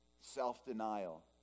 Self-denial